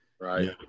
Right